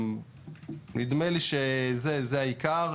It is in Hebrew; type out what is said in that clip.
נדמה לי שזה העיקר.